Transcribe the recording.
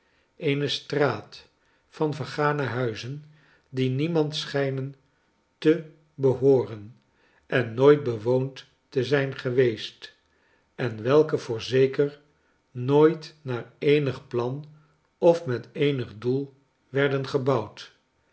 eene straat van vergane huizen die niemand schijnen te behooren en nooit bewoond te zijn geweest en welke voorzeker nooit naar eenig plan of met eenig doel werden gebouwd